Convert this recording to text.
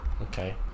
Okay